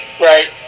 right